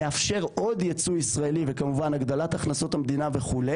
מאפשר עוד ייצוא ישראלי וכמובן הגדלת הכנסות המדינה וכו',